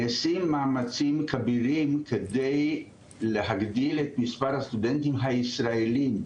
נעשים מאמצים כבירים כדי להגדיל את מספר הסטודנטים הישראלים,